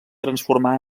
transformar